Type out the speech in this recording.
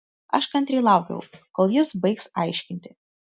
aš kantriai laukiau kol jis baigs aiškinti